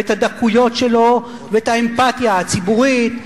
ואת הדקויות שלו ואת האמפתיה הציבורית.